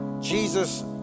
Jesus